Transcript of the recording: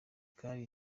caf